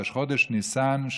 ראש חודש ניסן,